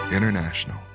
International